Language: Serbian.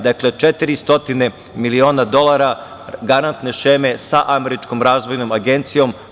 Dakle, 400 miliona dolara garantne šeme sa Američkom razvojnom agencijom.